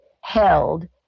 held